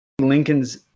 Lincoln's